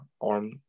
arm